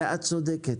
את צודקת.